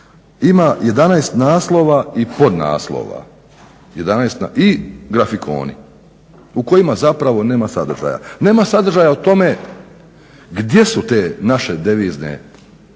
ima 11 naslova i podnaslova i grafikoni u kojima zapravo nema sadržaja. Nema sadržaja o tome gdje su te naše